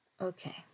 Okay